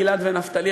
גיל-עד ונפתלי,